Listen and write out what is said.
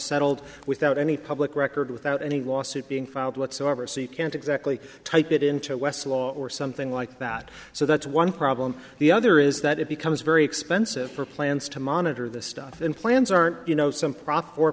settled without any public record without any lawsuit being filed whatsoever so you can't exactly type it into westlaw or something like that so that's one problem the other is that it becomes very expensive for plants to monitor the stuff and plans are you know some